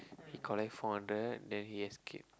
he collect four hundred then he escape